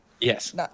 Yes